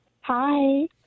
Hi